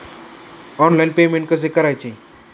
Online payment कसे करायचे?